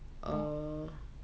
oh